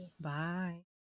Bye